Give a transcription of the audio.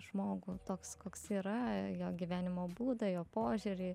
žmogų toks koks yra jo gyvenimo būdą jo požiūrį